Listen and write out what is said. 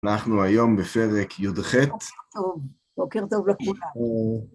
אנחנו היום בפרק י"ח. בוקר טוב. בוקר טוב לכולם.